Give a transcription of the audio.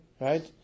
right